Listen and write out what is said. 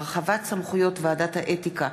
(הרחבת סמכויות ועדת האתיקה),